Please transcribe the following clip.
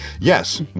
yes